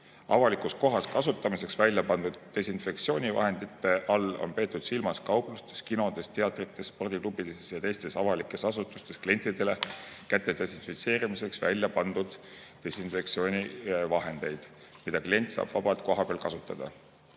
Avalikus kohas kasutamiseks väljapandud desinfektsioonivahendite all on peetud silmas kauplustes, kinodes, teatrites, spordiklubides ja teistes avalikes asutustes klientidele käte desinfitseerimiseks väljapandud desinfektsioonivahendeid, mida klient saab vabalt kohapeal kasutada.